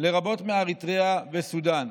לרבות מאריתריאה וסודאן.